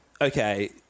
okay